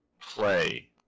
play